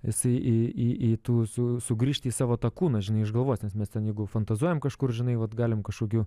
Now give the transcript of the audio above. jisai į į į tų su sugrįžti į savo tą kūną žinai išgalvos nes mes ten jeigu fantazuojam kažkur žinai vat galim kažkokiu